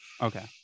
Okay